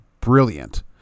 Brilliant